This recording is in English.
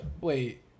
wait